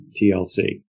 TLC